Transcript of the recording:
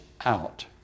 out